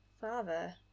Father